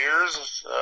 years